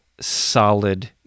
solid